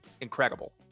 incredible